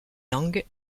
lang